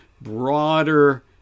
broader